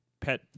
pet